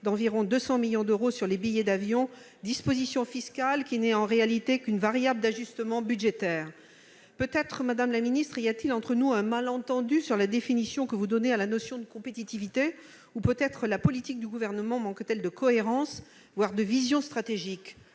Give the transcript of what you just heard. d'environ 200 millions d'euros sur les billets d'avion. Une disposition fiscale qui n'est, en réalité, qu'une variable d'ajustement budgétaire. Peut-être, madame la ministre, y a-t-il entre nous un malentendu sur la définition donnée à la notion de compétitivité ou peut-être la politique du Gouvernement manque-t-elle de cohérence, voire de vision stratégique